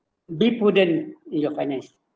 be prudent in your finance